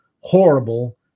horrible